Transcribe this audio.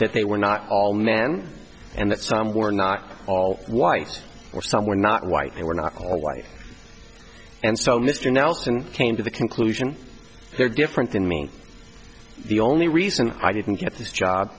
that they were not all men and that some were not all white or some were not white they were not all life and so mr nelson came to the conclusion they're different than me the only reason i didn't get this job